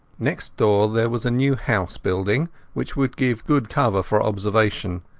next door there was a new house building which would give good cover for observation,